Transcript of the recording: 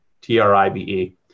T-R-I-B-E